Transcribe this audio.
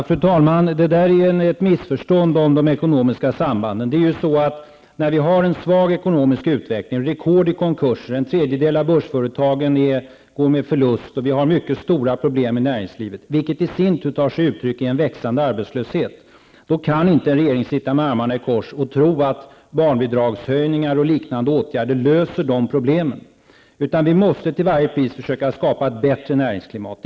Fru talman! Det där är ett missförstånd om de ekonomiska sambanden. När vi har en svag ekonomisk utveckling och rekord i konkurser, när en tredjedel av börsföretagen går med förlust och vi har mycket stora problem i näringslivet, vilket i sin tur tar sig uttryck i en växande arbetslöshet, då kan inte en regering sitta med armarna i kors och tro att barnbidragshöjningar och liknande åtgärder löser de problemen, utan vi måste till varje pris försöka skapa ett bättre näringsklimat.